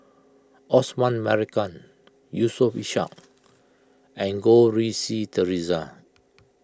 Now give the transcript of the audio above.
Osman Merican Yusof Ishak and Goh Rui Si theresa